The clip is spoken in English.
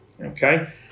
okay